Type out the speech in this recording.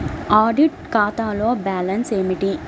Audit ఖాతాలో balance ఏమిటీ?